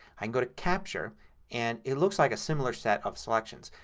i can go to capture and it looks like a similar set of selections.